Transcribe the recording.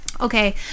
Okay